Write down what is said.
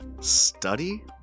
Study